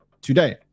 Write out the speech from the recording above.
today